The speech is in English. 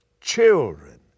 children